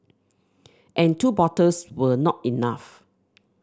and two bottles were not enough